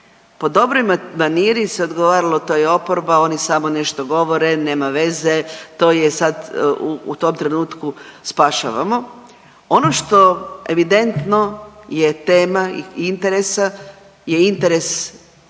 Po dobroj maniri se odgovaralo to je oporba, oni samo nešto govore, nema veze, to je sad, u tom trenutku spašavamo. Ono što evidentno je tema i interesa je interes